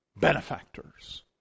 benefactors